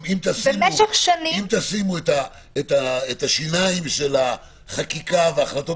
אם תשימו את השיניים של החקיקה והחלטות